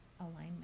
alignment